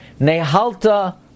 Ne'halta